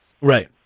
Right